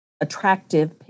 attractive